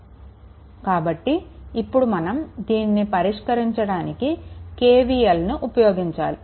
కాబట్టి ఇప్పుడు మనం దీనిని పరిష్కరించడానికి KVLను ఉపయోగించాలి